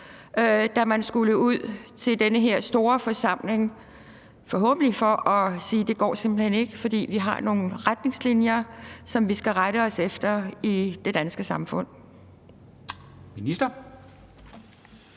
da man skulle ud til den her store forsamling – forhåbentlig for at sige: Det går simpelt hen ikke, for vi har nogle retningslinjer, som vi skal rette os efter i det danske samfund.